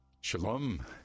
Shalom